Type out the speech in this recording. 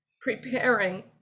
preparing